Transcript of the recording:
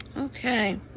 Okay